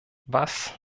was